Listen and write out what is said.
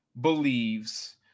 believes